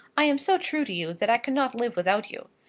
i am so true to you, that i cannot live without you.